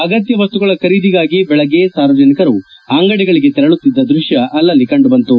ಅಗತ್ತ ವಸ್ತುಗಳ ಖರೀದಿಗಾಗಿ ಬೆಳಗ್ಗೆ ಸಾರ್ವಜನಿಕರು ಅಂಗಡಿಗಳಿಗೆ ತೆರಳುತ್ತಿದ್ದ ದೃಶ್ವ ಅಲ್ಲಲ್ಲಿ ಕಂಡುಬಂತು